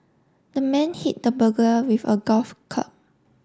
the man hit the burglar with a golf cub